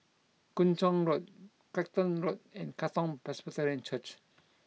Kung Chong Road Clacton Road and Katong Presbyterian Church